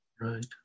Right